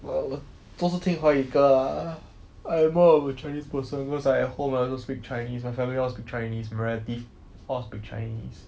我都是听华语歌 I am more of a chinese person because I at home I will speak chinese my family all speak chinese relative all speak chinese